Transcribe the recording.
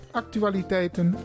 actualiteiten